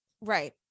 Right